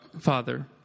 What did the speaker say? father